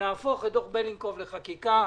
שתהפוך את דוח בלינקוב לחקיקה.